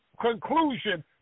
conclusion